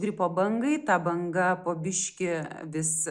gripo bangai ta banga po biškį vis